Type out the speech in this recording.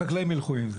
החקלאים ילכו עם זה.